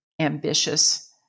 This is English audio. ambitious